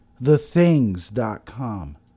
TheThings.com